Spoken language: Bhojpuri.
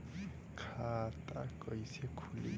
खाता कईसे खुली?